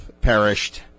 perished